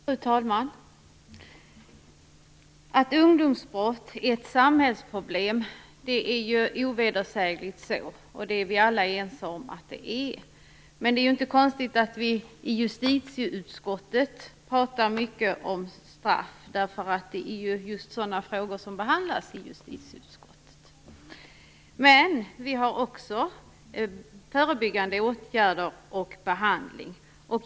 Fru talman! Att ungdomsbrott är ett samhällsproblem är ju ovedersägligt, och det är vi alla ense om. Det är ju inte konstigt att vi i justitieutskottet pratar mycket om straff, eftersom det är just sådana frågor som behandlas i justitieutskottet. Men vi tar också upp förebyggande åtgärder och behandling.